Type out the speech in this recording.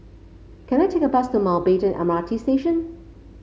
can I take a bus to Mountbatten M R T Station